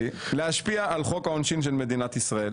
להשפיע על חוק העונשין של מדינת ישראל,